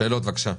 שאלות בבקשה.